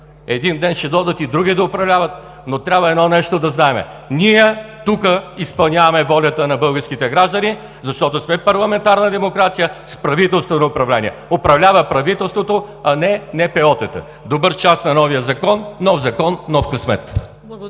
Един ден ще дойдат и други да управляват, но трябва едно нещо да знаем – ние тук изпълняваме волята на българските граждани, защото сме парламентарна демокрация с правителствено управление! Управлява правителството, а не НПО-тата! На добър час на новия Закон! Нов Закон – нов късмет!